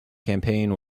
campaign